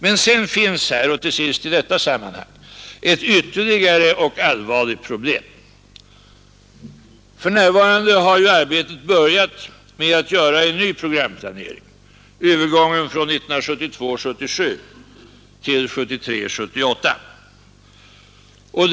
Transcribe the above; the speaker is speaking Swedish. Till sist finns i detta sammanhang ett ytterligare och allvarligt problem. För närvarande har ju arbetet på att göra en ny programplanering börjat — övergången från 1972—1977 till 1973—1978 års planering.